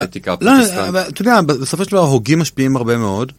עתיקה פטרסטיין. אתה יודע, בסופו של דבר הוגים משפיעים הרבה מאוד.